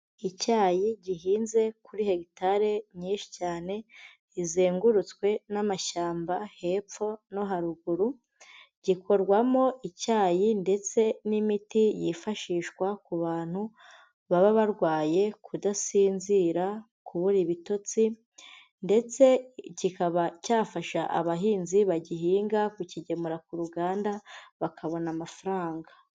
Icyayi gihinze kuri hegitare nyinshi cyane izengurutswe n'amashyamba hepfo no haruguru, gikorwamo icyayi ndetse n'imiti yifashishwa ku bantu baba barwaye kudasinzira, kubura ibitotsi, ndetse kikaba cyafasha abahinzi bagihinga kukigemura ku ruganda bakabona amafaranga.